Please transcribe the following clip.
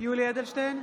יולי יואל אדלשטיין,